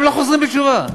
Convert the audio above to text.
הם לא חוזרים בתשובה,